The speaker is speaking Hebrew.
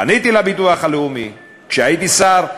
פניתי לביטוח הלאומי כשהייתי שר,